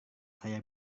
saya